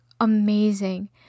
amazing